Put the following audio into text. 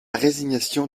résignation